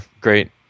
great